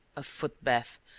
a foot-bath.